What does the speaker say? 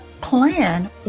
plan